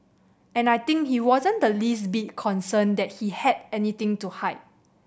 and I think he wasn't the least bit concerned that he had anything to hide